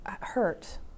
hurt